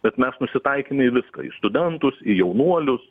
bet mes nusitaikėme į viską į studentus į jaunuolius